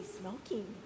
smoking